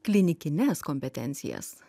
klinikines kompetencijas